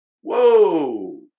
whoa